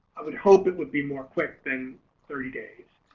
i would hope it would be more quick than thirty days